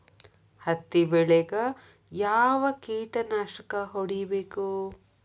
ಹತ್ತಿ ಬೆಳೇಗ್ ಯಾವ್ ಕೇಟನಾಶಕ ಹೋಡಿಬೇಕು?